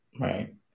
right